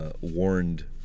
warned